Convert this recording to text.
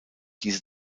diese